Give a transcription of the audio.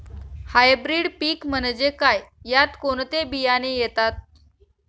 Hybrid पीक म्हणजे काय? यात कोणते बियाणे येतात?